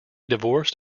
divorced